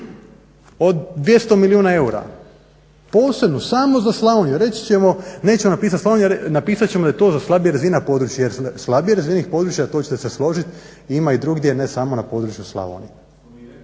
od 200 milijuna eura, posebnu, samo za Slavoniju. Reći ćemo nećemo napisati Slavonija napisat ćemo da je to slabija razina područja jer slabije razvijenih područja to ćete se složiti ima i drugdje a ne samo na području Slavonije.